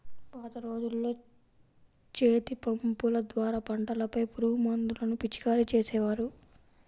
పాత రోజుల్లో చేతిపంపుల ద్వారా పంటలపై పురుగుమందులను పిచికారీ చేసేవారు